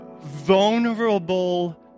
vulnerable